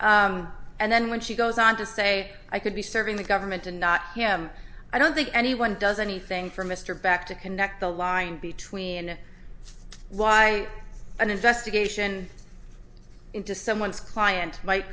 and then when she goes on to say i could be serving the government and not him i don't think anyone does anything for mr back to connect the line between a lie an investigation into someone's client